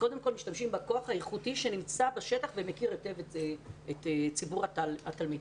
קודם משתמשים בכוח האיכותי שנמצא בשטח ומכיר היטב את ציבור התלמידים.